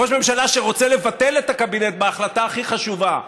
ראש ממשלה שרוצה לבטל את הקבינט בהחלטה הכי חשובה,